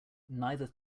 neither